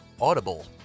Audible